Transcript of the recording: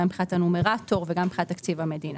גם מבחינת הנומרטור וגם מבחינת תקציב המדינה.